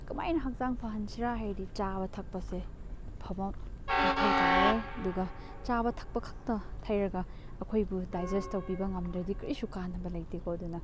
ꯀꯃꯥꯏꯅ ꯍꯛꯆꯥꯡ ꯐꯍꯟꯁꯤꯔ ꯍꯥꯏꯔꯗꯤ ꯆꯥꯕ ꯊꯛꯄꯁꯦ ꯐꯕ ꯃꯊꯧ ꯇꯥꯏꯌꯦ ꯑꯗꯨꯒ ꯆꯥꯕ ꯊꯛꯄ ꯈꯛꯇ ꯊꯩꯔꯒ ꯑꯩꯈꯣꯏꯕꯨ ꯗꯥꯏꯖꯦꯁ ꯇꯧꯕꯤꯕ ꯉꯝꯗ꯭ꯔꯗꯤ ꯀꯔꯤꯁꯨ ꯀꯥꯟꯅꯕ ꯂꯩꯇꯦꯀꯣ ꯑꯗꯨꯅ